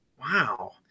Wow